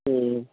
ம்